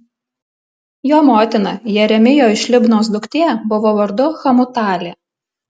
jo motina jeremijo iš libnos duktė buvo vardu hamutalė